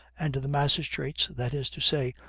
and the magistrates, that is to say,